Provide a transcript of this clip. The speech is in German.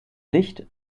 licht